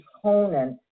component